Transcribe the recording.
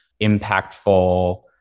impactful